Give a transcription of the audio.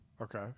Okay